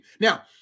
Now